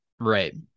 Right